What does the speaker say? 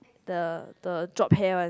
the the drop hair one